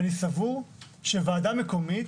אני סבור שוועדה מקומית,